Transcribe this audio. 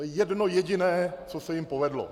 To je jedno jediné, co se jim povedlo.